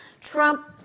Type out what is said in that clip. Trump